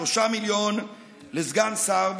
3 מיליון לסגן שר,